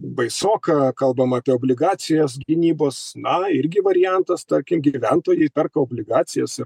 baisoka kalbam apie obligacijas gynybos na irgi variantas tarkim gyventojai perka obligacijas ir